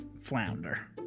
Flounder